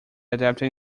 adapted